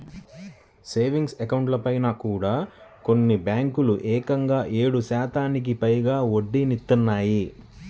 savings అకౌంట్లపైన కూడా కొన్ని బ్యేంకులు ఏకంగా ఏడు శాతానికి పైగా వడ్డీనిత్తన్నాయి